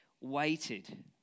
waited